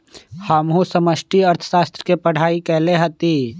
हमहु समष्टि अर्थशास्त्र के पढ़ाई कएले हति